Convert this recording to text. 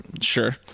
Sure